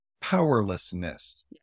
powerlessness